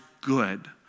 good